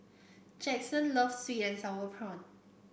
Jaxson loves sweet and sour prawn